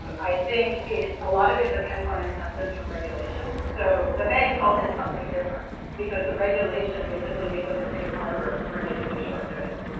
i think a lot of it depends on incentives from regulation. so the banks all did something different because the regulation basically gave them a safe harbor for using the short notice.